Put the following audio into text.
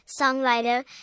songwriter